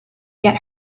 get